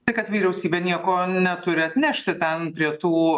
tai kad vyriausybė nieko neturi atnešti ten prie tų